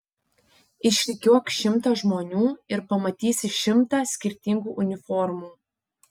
išrikiuok šimtą žmonių ir pamatysi šimtą skirtingų uniformų